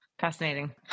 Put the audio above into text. Fascinating